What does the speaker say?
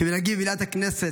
כמנהגי במליאת הכנסת,